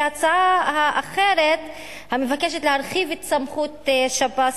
וההצעה האחרת המבקשת להרחיב את סמכות שב"ס